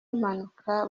impanuka